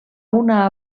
una